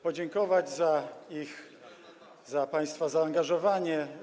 Podziękować za ich, państwa, zaangażowanie.